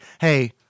Hey